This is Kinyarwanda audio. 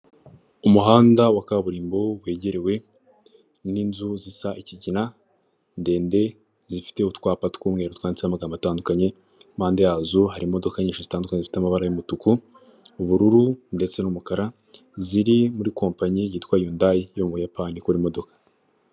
Umuhanda wa kaburimbo wegerewe n'inzu zisa ikigina ndende zifite utwapa tw'umweru twanditseho amagambo atandukanye, impande yazo hari imodoka nyinshi zitandukanye zifite amabara y'umutuku, ubururu ndetse n'umukara. Ziri muri kompanyi yitwa yundayi yo mu buyapani ikora imodoka.